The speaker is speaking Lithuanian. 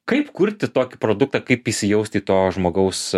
kaip kurti tokį produktą kaip įsijausti į to žmogaus